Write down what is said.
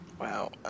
Wow